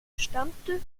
stammte